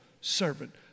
servant